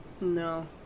No